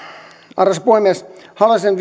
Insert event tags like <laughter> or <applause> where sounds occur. arvoisa puhemies haluaisin <unintelligible>